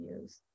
use